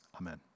Amen